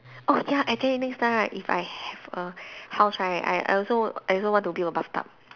oh ya actually next time right if I have a house right I I also I also want to build a bathtub